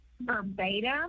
Verbatim